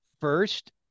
first